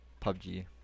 PUBG